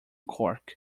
cork